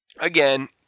again